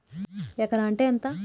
ఎకరం అంటే ఎంత?